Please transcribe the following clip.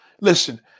Listen